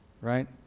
Right